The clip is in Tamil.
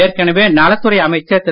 ஏற்கனவே நலத் துறை அமைச்சர் திரு